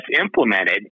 implemented